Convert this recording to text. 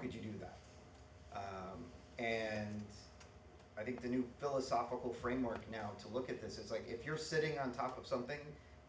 could you do that and i think the new philosophical framework now to look at this is like if you're sitting on top of something